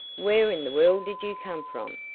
where in the world did you come from?